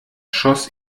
schoss